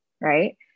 right